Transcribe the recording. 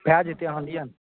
भए जेतै अहाँ लिअ ने